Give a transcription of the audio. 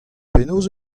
penaos